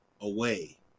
away